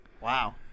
Wow